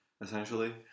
essentially